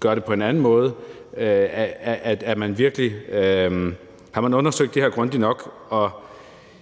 gøre det på en anden måde? Har man undersøgt det her grundigt nok?